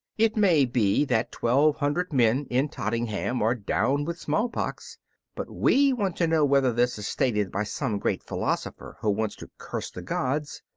it may be that twelve hundred men in tottenham are down with smallpox but we want to know whether this is stated by some great philosopher who wants to curse the gods,